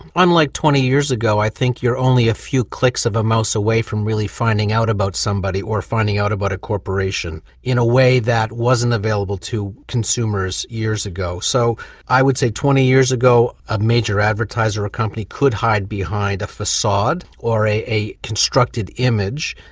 unlike twenty years ago, i think you're only a few clicks of a mouse away from really finding out about somebody or finding out about a corporation, in a way that wasn't available to consumers years ago. so i would say twenty years ago a major advertiser or a company could hide behind a facade or a a constructive image,